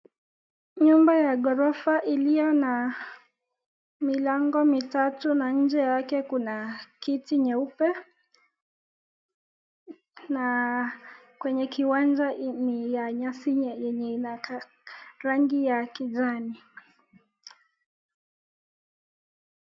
Nyumba ya ghorofa iliyo na milango mitatu na nje yake kuna kiti nyeupe, na kwenye kiwanja ni ya nyasi yenye inakaa rangi ya kijani